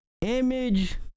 Image